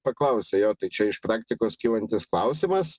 paklausia jo tai čia iš praktikos kylantis klausimas